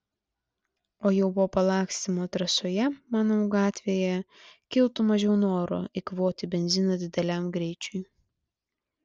o jau po palakstymo trasoje manau gatvėje kiltų mažiau noro eikvoti benziną dideliam greičiui